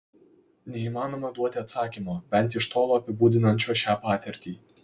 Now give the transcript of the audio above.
neįmanoma duoti atsakymo bent iš tolo apibūdinančio šią patirtį